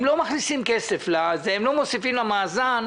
הם לא מכניסים כסף לזה, הם לא מוסיפים למאזן,